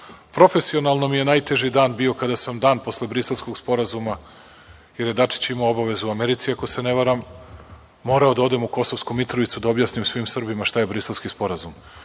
posao. Profesionalno mi je najteži dan bio kada sam dan posle Briselskog sporazuma jer je Dačić imao obavezu u Americi ako se ne varam, morao da odem u Kosovsku Mitrovicu i da objasnim svim Srbima šta je Briselski sporazum.